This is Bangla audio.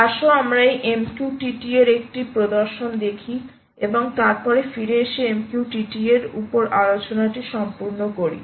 আসো আমরা এই MQTT এর একটি প্রদর্শন দেখি এবং তারপরে ফিরে এসে MQTT এর ওপর আলোচনাটি সম্পূর্ণ করি